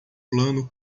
plano